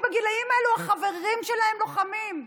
הבנות שלי בגילים האלה, החברים שלהן לוחמים,